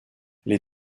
les